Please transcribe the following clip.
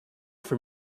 for